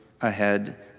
ahead